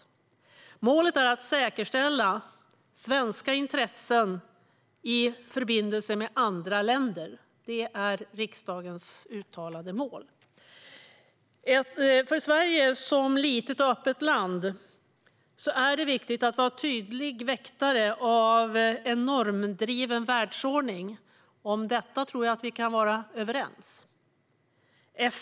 Riksdagens uttalade mål är att säkerställa svenska intressen i förbindelse med andra länder. För Sverige som litet och öppet land är det viktigt att vara en tydligare väktare av en normdriven världsordning. Om detta tror jag att vi kan vara överens.